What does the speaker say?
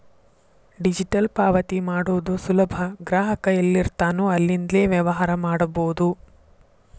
digital ಪಾವತಿ ಮಾಡೋದು ಸುಲಭ ಗ್ರಾಹಕ ಎಲ್ಲಿರ್ತಾನೋ ಅಲ್ಲಿಂದ್ಲೇ ವ್ಯವಹಾರ ಮಾಡಬೋದು